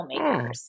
filmmakers